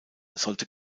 solle